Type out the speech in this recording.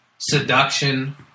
Seduction